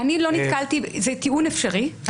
זה טיעון אפשרי,